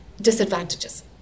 disadvantages